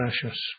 precious